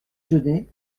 genêts